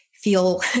feel